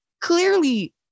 clearly